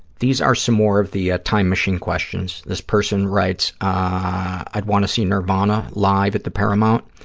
these are some more of the ah time-machine questions. this person writes, i'd want to see nirvana live at the paramount,